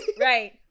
Right